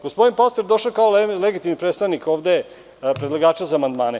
Gospodin Pastor je došao kao legitimni predstavnik predlagača amandmana.